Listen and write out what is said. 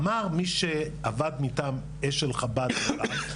אמר מי שעבד מטעם אשל חב"ד אז,